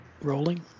rolling